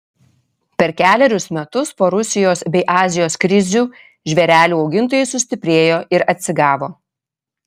per kelerius metus po rusijos bei azijos krizių žvėrelių augintojai sustiprėjo ir atsigavo